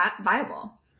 viable